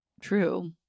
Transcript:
True